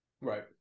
Right